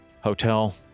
hotel